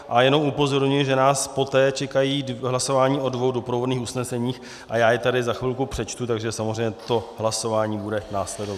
A jenom upozorňuji, že nás poté čekají hlasování o dvou doprovodných usneseních, a já je tady za chvilku přečtu, takže samozřejmě to hlasování bude následovat.